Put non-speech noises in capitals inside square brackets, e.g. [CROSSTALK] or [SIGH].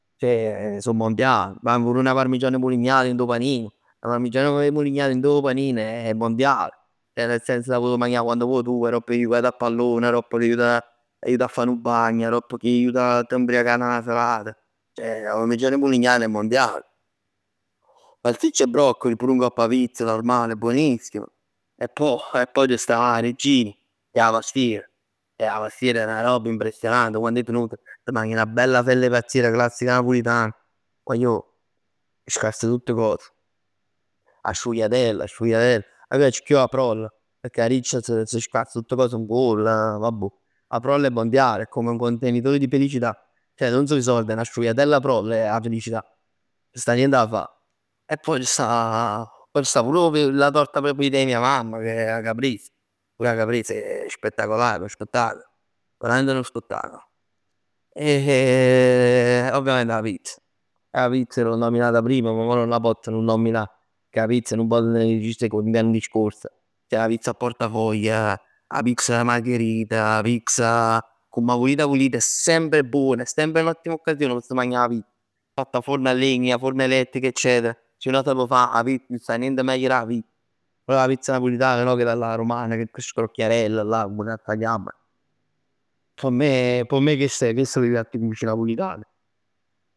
Ceh so mondial, ma pur 'na parmigiana 'e mulignan dint 'o panin. 'A parmigian 'e mu- mulignan dint 'o panin è mondiale, ceh nel senso t' può magnà quann vuò tu, aropp ch' 'e jucat 'a pallon, aropp ch' 'e jut 'e jut 'a fa nu bagn, aropp ch' 'e jut 'a t' mbriacà 'a na serata. Ceh 'a parmigiana 'e mulignan è mondiale. Salsicce e broccoli pur ngopp 'a pizz normal è buonissima e poj? E poj c' sta 'a regina che è 'a pastiera. 'A pastier è na robb impressionante, quann 'e finut t' magn 'na bella fella 'e pastiera classica napulitan. Guagliò scass tutt cos. 'A sfugliatell, 'a sfugliatell. A me m' piac chiù 'a frolla, pecchè 'a riccia s' scass tutt cos nguoll. Vabbuò, 'a frolla è mondiale, è come un contenitore di felicità. Ceh nun so 'e sord, è 'na sfogliatella frolla 'a felicità. Nun c' sta niente 'a fa. 'E poj c' sta [HESITATION] pò c' sta pur la torta preferita 'e mia mamma che è 'a caprese. Pur 'a caprese è spettacolare, è nu spettacol. Veramente è nu spettacol. [HESITATION] E ovviamente 'a pizza. 'A pizza l'ho nominata prima, ma mo nun 'a pozz nun nominà. Pecchè 'a pizza nun pò tenè dieci secondi dint' a nu discors. 'A pizza 'a portafoglio, 'a pizza margherita, 'a pizza comm 'a vulit vulit è semp buona, è semp un ottima occasione p' s' magnà 'a pizza. Cotta 'o furn 'a legna, forno elettrico, eccetera. Se uno 'a sape fa 'a pizza, nun c' sta niente meglio dà pizza. Però quella napulitan, no chellalà romana che è chiù scrocchiarell là comm cazz 'a chiamman. P' me chest è. Chest so 'e piatt 'e cucina napulitan.